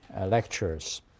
lectures